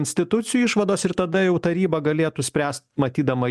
institucijų išvados ir tada jau taryba galėtų spręst matydama